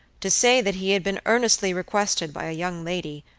to say that he had been earnestly requested by a young lady,